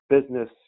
business